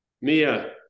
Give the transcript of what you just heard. Mia